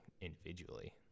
individually